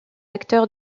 acteur